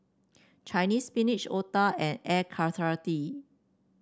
Chinese Spinach otah and air